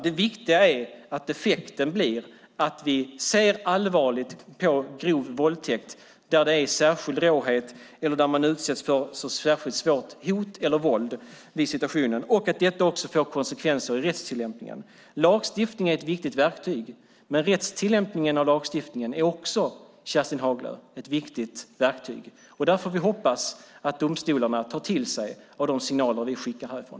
Det viktiga är att effekten blir att vi ser allvarligt på grov våldtäkt där det är särskild råhet eller där man utsätts för särskilt svårt hot eller våld i situationen och att detta också får konsekvenser i rättstillämpningen. Lagstiftning är ett viktigt verktyg, men rättstillämpningen av lagstiftningen är också ett viktigt verktyg, Kerstin Haglö. Där får vi hoppas att domstolarna tar till sig av de signaler vi skickar härifrån.